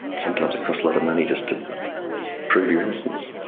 sometimes it costs a lot of money just to prove your innocence.